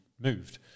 moved